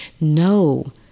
No